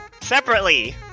Separately